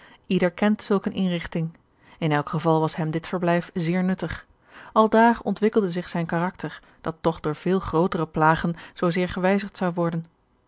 ieder kent zulk eene inrigting in elk geval was hem dit verblijf zeer nuttig aldaar ontwikkelde zich zijn karakter dat toch door vele grootere plagen zoozeer gewijzigd zou worden